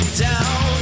down